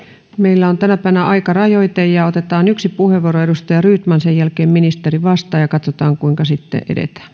meillä on tänä päivänä aikarajoite ja nyt otetaan yksi puheenvuoro edustaja rydman sen jälkeen ministeri vastaa ja katsotaan kuinka sitten edetään